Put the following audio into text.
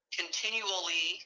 continually